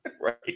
Right